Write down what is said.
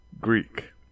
Greek